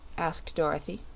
asked dorothy.